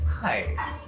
hi